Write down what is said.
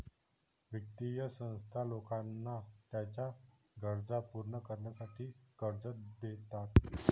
वित्तीय संस्था लोकांना त्यांच्या गरजा पूर्ण करण्यासाठी कर्ज देतात